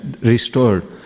restored